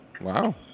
Wow